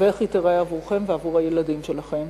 ואיך היא תיראה עבורכם ועבור הילדים שלכם.